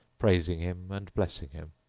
praising him and blessing him,